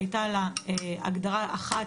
הייתה לה הגדרה אחת,